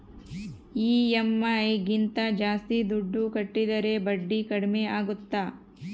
EMI ಗಿಂತ ಜಾಸ್ತಿ ದುಡ್ಡು ಕಟ್ಟಿದರೆ ಬಡ್ಡಿ ಕಡಿಮೆ ಆಗುತ್ತಾ?